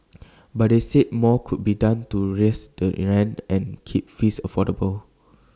but they said more could be done to reins the in rents and keep fees affordable